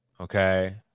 Okay